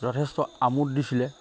যথেষ্ট আমোদ দিছিলে